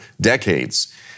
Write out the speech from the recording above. decades